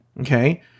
Okay